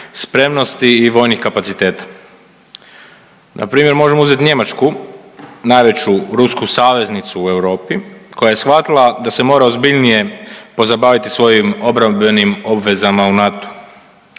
spremnosti i vojnih kapaciteta. Npr. možemo uzeti Njemačku, najveću rusku saveznicu u Europi, koja je shvatila da se mora ozbiljnije pozabaviti svojim obrambenim obvezama u NATO-u.